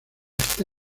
está